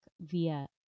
via